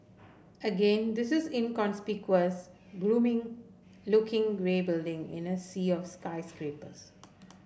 again this is inconspicuous gloomy looking grey building in a sea of skyscrapers